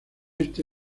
este